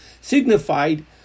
signified